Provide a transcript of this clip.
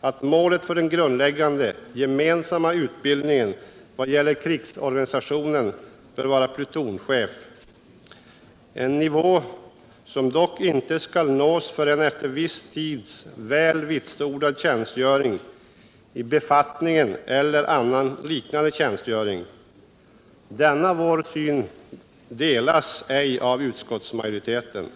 att målet för den grundläggande gemensamma utbildningen vad gäller krigsorganisationen bör vara plutonchef, en nivå som dock inte skall nås förrän efter en viss tids väl vitsordad tjänstgöring i befattningen eller annan liknande tjänstgöring. Denna vår syn delas ej av utskottsmajoriteten.